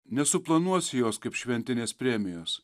nesuplanuosi jos kaip šventinės premijos